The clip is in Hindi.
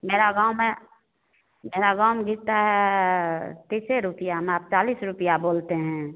मेरा गाँव में मेरा गाँव में बिकता है तीस रुपये में आप चालीस रुपये बोलते हैं